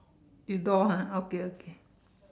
it's door ah okay okay